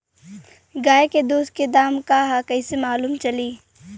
गाय के दूध के दाम का ह कइसे मालूम चली?